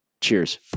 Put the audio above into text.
Cheers